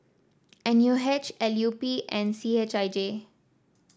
N U H L U P and C H I J